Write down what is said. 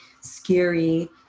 scary